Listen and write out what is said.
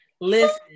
Listen